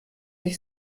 sich